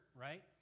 right